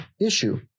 issue